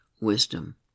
wisdom